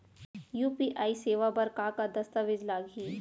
UPI सेवा बर का का दस्तावेज लागही?